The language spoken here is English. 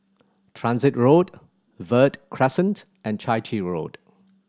Transit Road Verde Crescent and Chai Chee Road